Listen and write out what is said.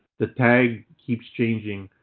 the tag keeps changing